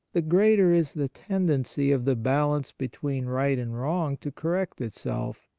the greater is the tendency of the balance between right and wrong to correct itself,